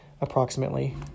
approximately